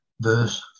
verse